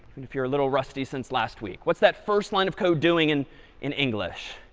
if you're a little rusty since last week, what's that first line of code doing and in english?